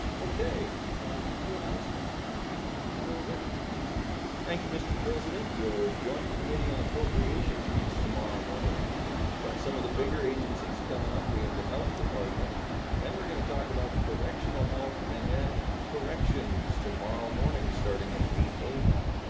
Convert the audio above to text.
okay up to announcements now senator wick thank you mr. president your joint committee on appropriations meets tomorrow morning got some of the bigger agency's coming up. we have the health department and we're gonna talk about correctional health and then corrections tomorrow morning starting at eight zero a m.